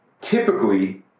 typically